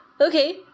Okay